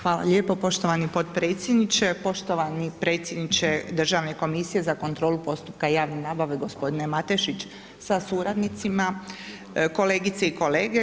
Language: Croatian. Hvala lijepo poštovani potpredsjedniče, poštovani predsjedniče Državne komisije za kontrolu postupka javne nabave, gospodine Matešić sa suradnicima, kolegice i kolege.